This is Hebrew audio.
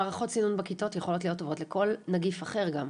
מערכות סינון בכיתות יכולות להיות טובות לכל נגיף אחר גם,